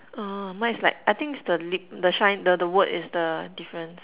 uh mine is like I think its the lip the shine the the word is the difference